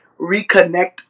reconnect